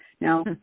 Now